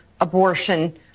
abortion